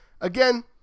Again